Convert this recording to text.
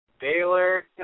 Baylor